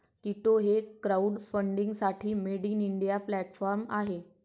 कीटो हे क्राउडफंडिंगसाठी made in India platform आहे